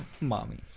Mommy